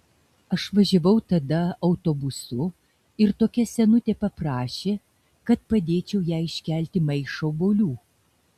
aš važiavau tada autobusu ir tokia senutė paprašė kad padėčiau jai iškelti maišą obuolių